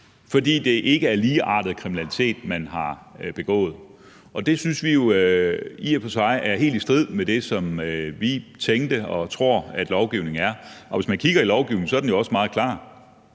fordi det ikke er ligeartet kriminalitet, man har begået. Det synes vi jo i og for sig er helt i strid med det, som vi tænkte og tror lovgivningen er, og hvis man kigger i lovgivningen, er den jo også meget klar: